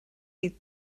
wyt